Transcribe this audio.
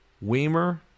Weimer